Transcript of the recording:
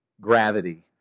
gravity